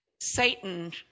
Satan